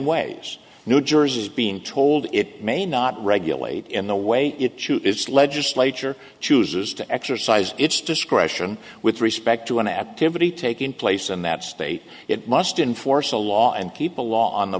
ways new jersey is being told it may not regulate in the way it should its legislature chooses to exercise its discretion with respect to an activity taking place in that state it must enforce a law and keep a law on the